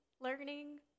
learning